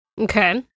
Okay